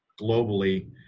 globally